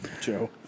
Joe